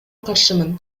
каршымын